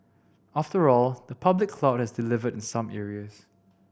after all the public cloud has delivered in some areas